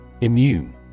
Immune